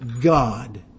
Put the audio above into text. God